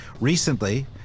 Recently